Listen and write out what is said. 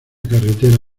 carretera